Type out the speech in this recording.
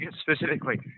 specifically